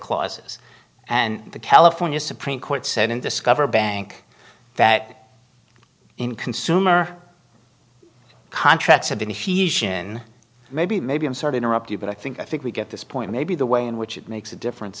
clauses and the california supreme court said in discover bank that in consumer contracts and then he she in maybe maybe i'm sorry interrupt you but i think i think we get this point maybe the way in which it makes a difference